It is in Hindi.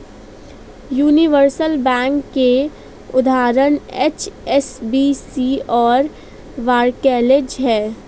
यूनिवर्सल बैंक के उदाहरण एच.एस.बी.सी और बार्कलेज हैं